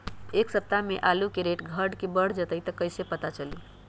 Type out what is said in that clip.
एक सप्ताह मे आलू के रेट घट ये बढ़ जतई त कईसे पता चली?